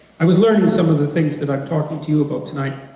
i was learning some of the things that i'm talking to you about tonight,